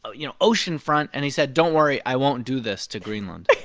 ah you know, ocean front. and he said, don't worry. i won't do this to greenland